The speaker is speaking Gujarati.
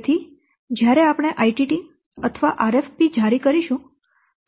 તેથી જ્યારે આપણે ITT અથવા RFP જારી કરીશું